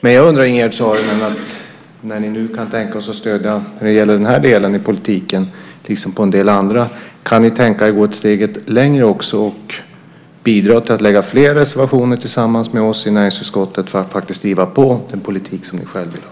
Men jag undrar en sak, Ingegerd Saarinen, när ni nu kan tänka er att ge stöd när det gäller den här delen i politiken, liksom när det gäller en del andra. Kan ni också tänka er att gå steget längre och bidra till att lägga fram fler reservationer tillsammans med oss i näringsutskottet för att faktiskt driva på den politik som ni själva vill ha?